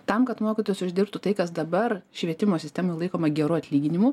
tam kad mokytojas uždirbtų tai kas dabar švietimo sistemoj laikoma geru atlyginimu